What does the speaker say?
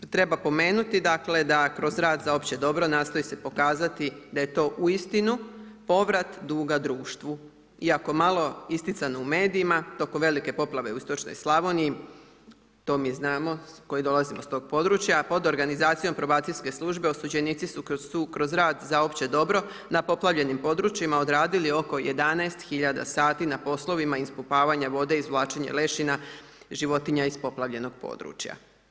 Nije, treba pomenuti, dakle, da kroz za opće dobro nastoji se pokazati da je to uistinu povrat duga društvu i ako malo istican u medijima, tokom velike poplave u istočnoj Slavoniji, to mi znamo koji dolazimo s tog područja, pod organizacijom probacijske službe osuđenici su kroz rad za opće dobro na poplavljenim područjima odradili oko 11 tisuća sati na poslovima ispumpavanja vode, izvlačenja lešina životinja iz poplavljenog područja.